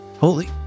Holy